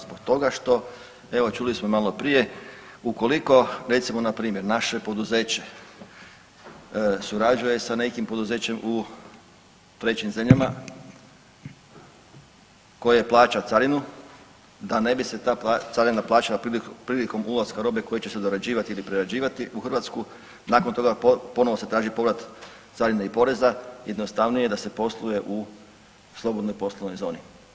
Zbog toga što, evo čuli smo maloprije ukoliko recimo npr. naše poduzeće surađuje sa nekim poduzećem u trećim zemljama koje plaća carinu da ne bi se ta carina plaćala prilikom ulaska robe koja će se dorađivati ili prerađivati u Hrvatsku, nakon toga ponovo se traži povrat carine i poreza, jednostavnije je da se posluje u slobodnoj poslovnoj zoni.